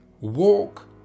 walk